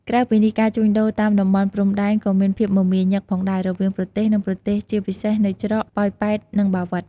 ក្រៅពីនេះការជួញដូរតាម តំបន់ព្រំដែន ក៏មានភាពមមាញឹកផងដែរ រវាងប្រទេសនិងប្រទេសជាពិសេសនៅច្រក ប៉ោយប៉ែត និងបាវិត ។